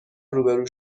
روبرو